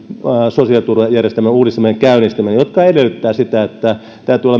sosiaaliturvajärjestelmän uudistamisen käynnistäminen jotka edellyttävät sitä että täytyy olla myöskin